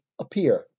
appear